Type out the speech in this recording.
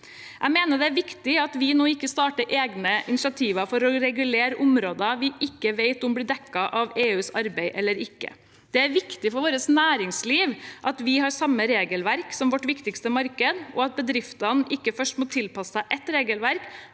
Jeg mener det er viktig at vi nå ikke starter egne initiativer for å regulere områder vi ikke vet om blir dekket av EUs arbeid eller ikke. Det er viktig for vårt næringsliv at vi har samme regelverk som vårt viktigste marked, og at bedriftene ikke først må tilpasse seg ett regelverk